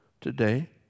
today